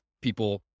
people